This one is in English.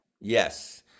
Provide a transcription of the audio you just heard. Yes